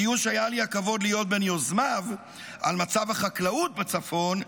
בדיון שהיה לי הכבוד להיות בין יוזמיו על מצב החקלאות בצפון,